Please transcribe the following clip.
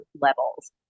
levels